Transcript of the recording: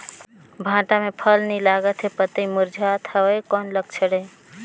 भांटा मे फल नी लागत हे पतई मुरझात हवय कौन लक्षण हे?